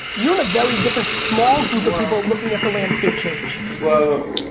you're in a very different small group of people looking at the landscape change. well,